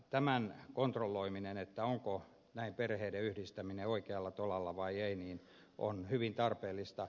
tämän kontrolloiminen onko perheiden yhdistäminen oikealla tolalla vai ei on hyvin tarpeellista